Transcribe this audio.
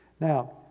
Now